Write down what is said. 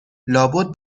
لابد